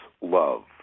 love